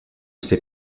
ses